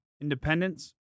independence